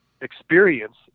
experience